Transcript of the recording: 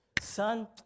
Son